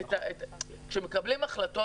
כשמקבלים החלטות,